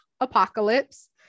apocalypse